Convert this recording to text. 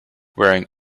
wearing